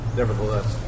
nevertheless